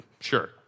Sure